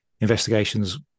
investigations